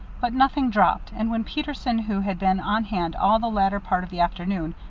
but nothing dropped, and when peterson, who had been on hand all the latter part of the afternoon,